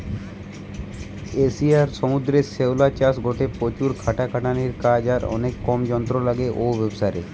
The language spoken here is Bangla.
এশিয়ার সমুদ্রের শ্যাওলা চাষ গটে প্রচুর খাটাখাটনির কাজ আর অনেক কম যন্ত্র লাগে ঔ ব্যাবসারে